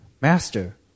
Master